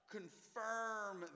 Confirm